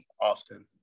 often